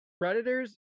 Predators